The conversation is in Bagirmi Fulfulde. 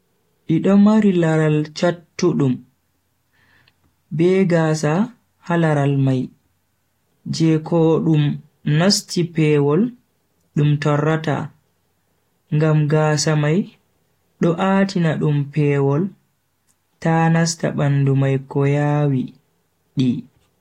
Di do mari ko laral chattudum, be gaasa ha larai mai je ko dum nasti pewol dum torrata ngam gaasa mai do a'tina dum pewol ta nasta bandu mai ko yawi di.